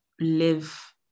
live